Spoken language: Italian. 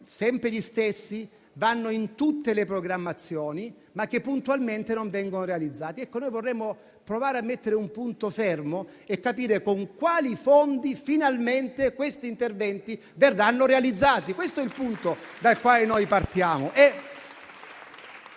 sempre gli stessi, che vanno in tutte le programmazioni, ma che puntualmente non vengono realizzati. Vorremmo dunque provare a mettere un punto fermo e capire con quali fondi, finalmente, questi interventi verranno realizzati. Questo è il punto dal quale partiamo.